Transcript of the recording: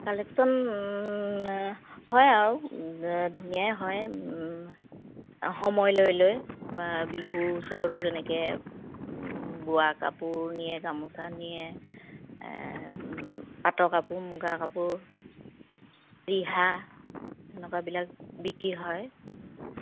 collection হয় আৰু ধুনীয়াই হয় সময় লৈ লৈ বিহুৰ ওচৰতো তেনেকৈ বোৱা কাপোৰ নিয়ে গামোচা নিয়ে পাটৰ কাপোৰ মুগা কাপোৰ ৰিহা এনেকুৱাবিলাক বিক্ৰী হয়